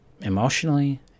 emotionally